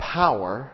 power